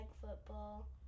football